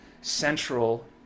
central